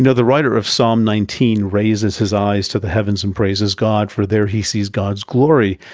and the writer of psalm nineteen raises his eyes to the heavens and praises god, for there he sees god's glory.